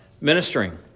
ministering